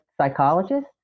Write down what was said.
psychologist